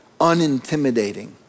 unintimidating